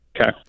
Okay